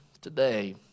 today